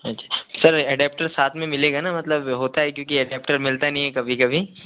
अच्छा sir adapter साथ में मिलेगा ना मतलब होता है क्योंकि एडेप्टर मिलता नहीं है कभी कभी